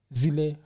zile